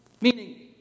Meaning